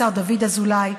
השר דוד אזולאי,